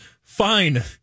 fine